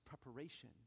preparation